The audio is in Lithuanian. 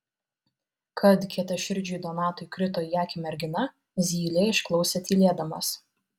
kad kietaširdžiui donatui krito į akį mergina zylė išklausė tylėdamas